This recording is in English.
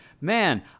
man